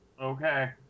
Okay